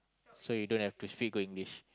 so you don't have to speak good English